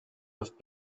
have